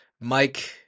Mike